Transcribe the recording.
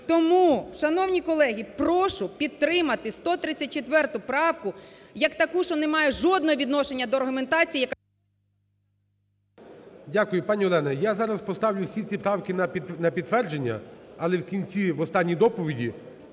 Тому, шановні колеги, прошу підтримати 134 правку як таку, що не має жодного відношення до аргументації, … ГОЛОВУЮЧИЙ. Дякую. Пані Олена, я зараз поставлю всі ці правки на підтвердження. Але в кінці, в останній доповіді